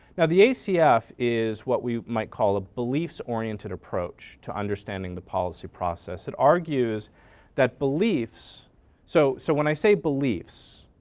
now the acf is what we might call a beliefs oriented approach to understanding the policy process. it argues that beliefs so so when i say beliefs